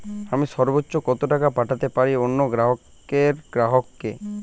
আমি সর্বোচ্চ কতো টাকা পাঠাতে পারি অন্য ব্যাংকের গ্রাহক কে?